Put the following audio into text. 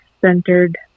centered